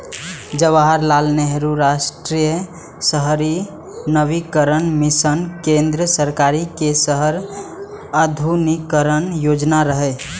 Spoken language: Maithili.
जवाहरलाल नेहरू राष्ट्रीय शहरी नवीकरण मिशन केंद्र सरकार के शहर आधुनिकीकरण योजना रहै